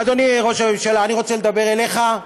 אדוני ראש הממשלה, אני רוצה לדבר אליך,